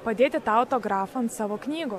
padėti tą autografą ant savo knygo